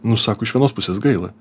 nu sako iš vienos pusės gaila